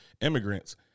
immigrants